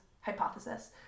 Hypothesis